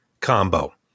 combo